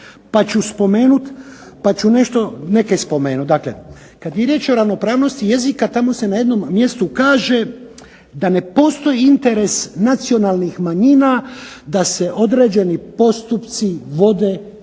pa ću nešto, neke spomenut. Dakle, kad je riječ o ravnopravnosti jezika tamo se na jednom mjestu kaže da ne postoji interes nacionalnih manjina da se određeni postupci vode na